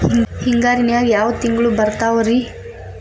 ಹಿಂಗಾರಿನ್ಯಾಗ ಯಾವ ತಿಂಗ್ಳು ಬರ್ತಾವ ರಿ?